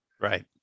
right